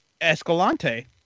Escalante